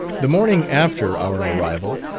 the morning after our arrival,